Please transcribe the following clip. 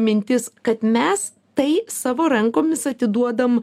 mintis kad mes tai savo rankomis atiduodam